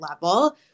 level